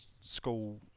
school